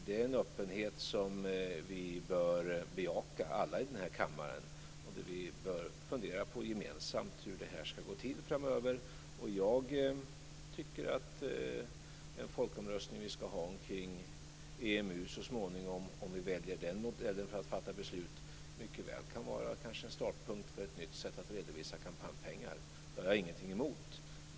Det är en öppenhet som vi alla i denna kammare bör bejaka. Vi bör gemensamt fundera på hur det här ska gå till framöver. Jag tycker att den folkomröstning som vi ska ha om EMU så småningom - om vi väljer den modellen för att fatta beslut - mycket väl kan vara en startpunkt för ett nytt sätt att redovisa kampanjpengar. Det har jag ingenting emot.